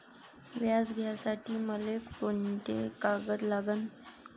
व्याज घ्यासाठी मले कोंते कागद लागन?